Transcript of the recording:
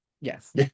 yes